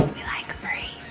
we like free,